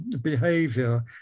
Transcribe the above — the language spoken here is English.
behavior